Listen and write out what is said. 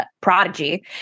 prodigy